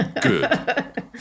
good